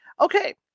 Okay